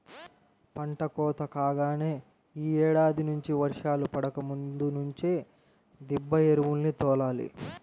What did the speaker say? పంట కోత కాగానే యీ ఏడాది నుంచి వర్షాలు పడకముందు నుంచే దిబ్బ ఎరువుల్ని తోలాలి